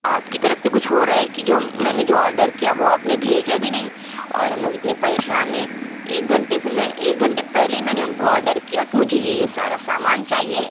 آپ کی طرف سے کچھ ہو رہا ہے کہ جو میں نے جو آرڈر کیا وہ آپ نے بھیجا بھی نہیں اور ہم لوگ اتنے پریشان ہیں ایک گھنٹے سے میں ایک گھنٹے پہلے ہی میں نے ان کو آرڈر کیا کہ مجھے یہ یہ سارا سامان چاہیے